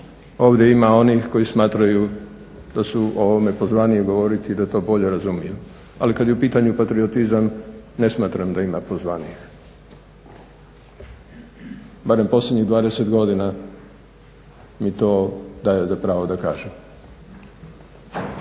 Ovdje ima onih koji smatraju da su o ovome pozvaniji govoriti, da to bolje razumiju. Ali kada je u pitanju patriotizam ne smatram da ima pozvanijih. Barem posljednjih 20 godina mi to daje za pravo da kažem.